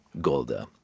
Golda